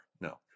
No